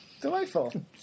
Delightful